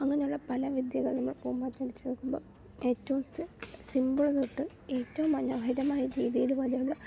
അങ്ങനെയുള്ള പല വിദ്യകളിലും പൂമ്പാറ്റയിൽ ചെയ്യുമ്പോൾ ഏറ്റവും സിംപിളായിട്ട് ഏറ്റവും മനോഹരമായ രീതിയിൽ വരകൾ